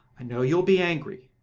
i know you will be angry,